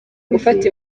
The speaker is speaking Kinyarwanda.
gufata